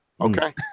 Okay